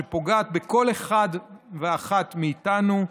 שפוגעת בכל אחד ואחת מאיתנו.